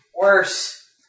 Worse